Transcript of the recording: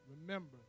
Remember